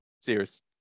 serious